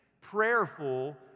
Prayerful